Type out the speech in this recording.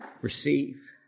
receive